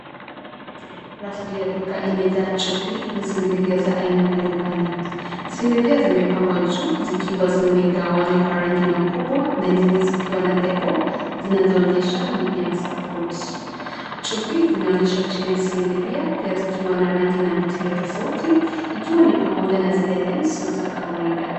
Rafu ya duka imejaa chupi na sidiria za aina mbalimbali. Sidiria zimepangwa juu zikiwa zimegawanywa kwa rangi na ukubwa na nyingi zikiwa na lebo, zinazoonyesha medium support . Chupi zinaonyesha chini ya sidiria pia zikiwa na rangi na mitindo tofauti, ikiwa ni pamoja na zile lens za kawaida.